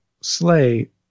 slay